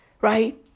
Right